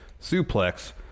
suplex